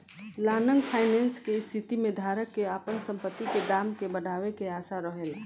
long finance के स्थिति में धारक के आपन संपत्ति के दाम के बढ़ावे के आशा रहेला